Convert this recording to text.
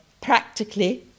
practically